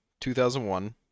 2001